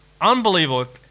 unbelievable